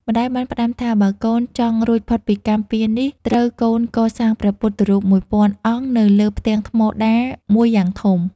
ម្ដាយបានផ្ដាំថា បើកូនចង់រួចផុតពីកម្មពៀរនេះ ត្រូវកូនកសាងព្រះពុទ្ធរូបមួយពាន់អង្គនៅលើផ្ទាំងថ្មដាមួយយ៉ាងធំ ។